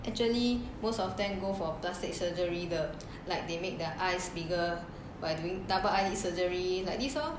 actually most of them go for plastic surgery the like they make their eyes bigger by doing double eyelid surgery like this lor